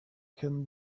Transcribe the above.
can